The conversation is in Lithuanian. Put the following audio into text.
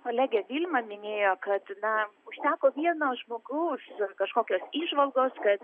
kolegė vilma minėjo kad na užteko vieno žmogaus kažkokios įžvalgos kad